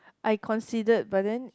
I considered but then